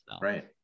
Right